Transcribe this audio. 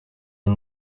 and